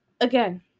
again